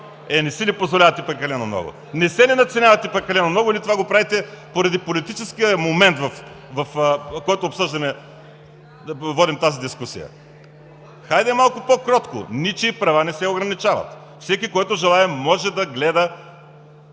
Не си ли позволявате прекалено много?! Не се ли надценявате прекалено много или правите това поради политическия момент, в който водим тази дискусия? Хайде, малко по-кротко. Ничии права не се ограничават. Всеки, който желае, може да гледа